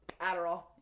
Adderall